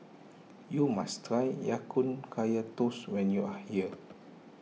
you must try Ya Kun Kaya Toast when you are here